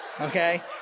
okay